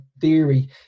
theory